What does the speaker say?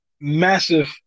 massive